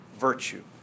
virtue